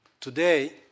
Today